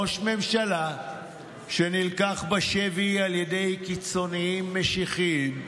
ראש ממשלה שנלקח בשבי על ידי קיצוניים משיחיים.